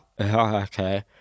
okay